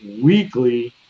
weekly